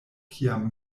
kiam